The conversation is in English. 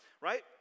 right